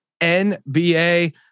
NBA